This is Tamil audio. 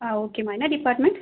ஆ ஓகேம்மா என்ன டிப்பார்ட்மெண்ட்